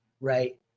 right